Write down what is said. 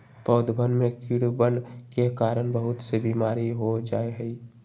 पौधवन में कीड़वन के कारण बहुत से बीमारी हो जाहई